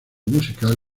musical